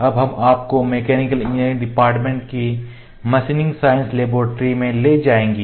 अब हम आपको मैकेनिकल इंजीनियरिंग डिपार्टमेंट के मशीनिंग साइंस लैबोरेट्री में ले जाएंगे